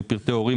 בפרטי הורים,